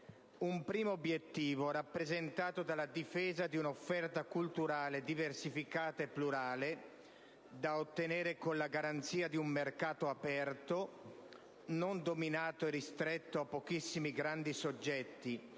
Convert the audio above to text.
il primo è rappresentato dalla difesa di un'offerta culturale diversificata e plurale, da ottenere con la garanzia di un mercato aperto, non dominato e ristretto a pochissimi grandi soggetti,